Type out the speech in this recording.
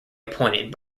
appointed